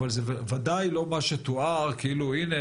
אבל זה ודאי לא מה שתואר כאילו 'הנה,